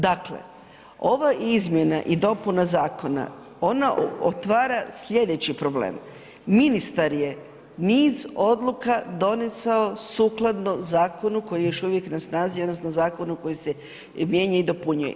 Dakle, ova izmjena i dopuna zakona, ona otvara sljedeći problem, ministar je niz odluka donesao sukladno zakonu koji je još uvijek na snazi, odnosno zakonu koji se mijenja i dopunjuje.